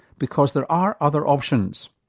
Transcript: because there are other options?